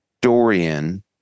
Dorian